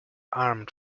armed